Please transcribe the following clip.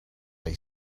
lay